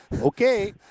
Okay